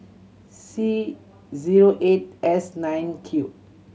C zero eight S nine Q